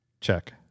Check